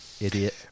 Idiot